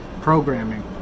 programming